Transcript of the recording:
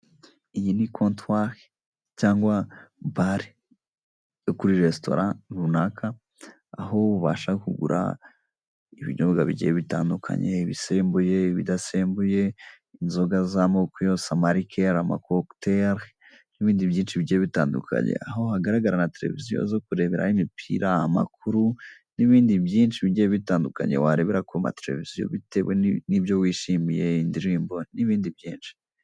Iyi ni kontwari cyangwa bare, yo kuri resitora runaka, aho ubasha kugura ibinyobwa bigiye bitandukanye, ibisembuye, ibidasembuye, inzoga z'amoko yose, amarikeri, amakokuteri n'ibindi byinshi bigiye bitandukanye, aho hagaragara na televiziyo zo kureberaho imipira, amakuru n'ibindi byinshi bigiye bitandukanye warebera ku mateleviziyo bitewe n'ibyo wishimiye, indirimbo n'ibindi byinshi.